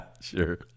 sure